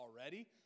already